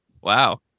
Wow